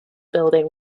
building